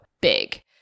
big